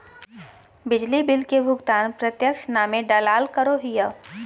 बिजली बिल के भुगतान प्रत्यक्ष नामे डालाल करो हिय